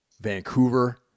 Vancouver